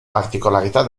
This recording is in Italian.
particolarità